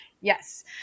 Yes